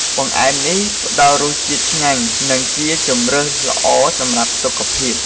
បង្អែមនេះផ្តល់រសជាតិឆ្ងាញ់ និងជាជម្រើសល្អសម្រាប់សុខភាព។